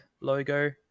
logo